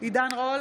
עידן רול,